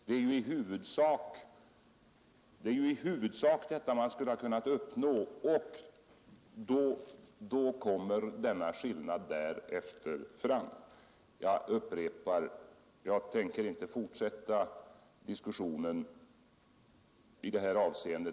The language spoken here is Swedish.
Det är ju vad man i huvudsak skulle ha kunnat uppnå. Sedan kom då denna skillnad fram, men jag upprepar att jag inte tänker fortsätta diskussionen i det här avseendet.